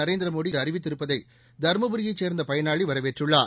நரேந்திர மோடி அறிவித்திருப்பதை தருமபுரியைச் சேர்ந்த பயனாளி வரவேற்றுள்ளார்